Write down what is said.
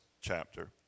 chapter